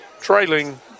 trailing